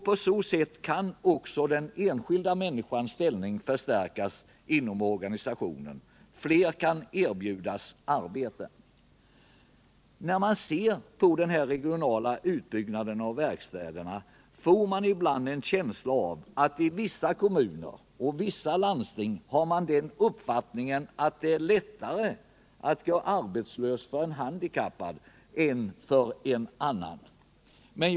På det sättet kan också den enskilda människans ställning förstärkas inom organisationen. Flera kan erbjudas arbete. När man ser på den regionala utbyggnaden av verkstäderna får man 25 ibland en känsla av att man i vissa kommuner och landsting har den uppfattningen att det är lättare för en handikappad att gå arbetslös än det är för en annan arbetstagare.